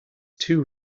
too